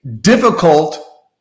difficult